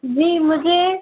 जी मुझे